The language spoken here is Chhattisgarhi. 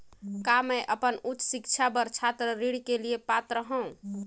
का मैं अपन उच्च शिक्षा बर छात्र ऋण के लिए पात्र हंव?